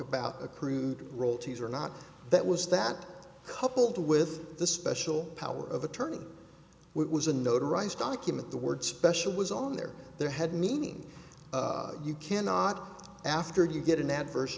about a crude roll tease or not that was that coupled with the special power of attorney was a notarized document the word special was on their their head meaning you cannot after you get an adverse